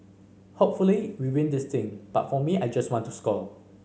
hopefully we win this thing but for me I just want to score